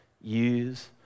use